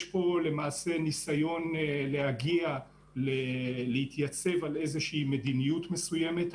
יש פה ניסיון להגיע ולהתייצב על איזושהי מדיניות מסוימת.